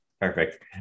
Perfect